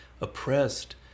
oppressed